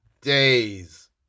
days